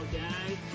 guys